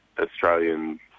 Australian